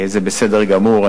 זה בסדר גמור.